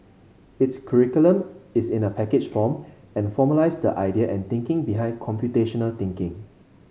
its curriculum is in a packaged form and formalised the idea and thinking behind computational thinking